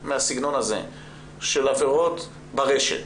מהסגנון הזה של עבירות ברשת,